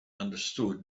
understood